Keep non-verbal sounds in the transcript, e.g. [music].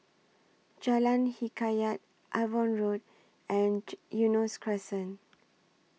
Jalan Hikayat Avon Road and [unintelligible] Eunos Crescent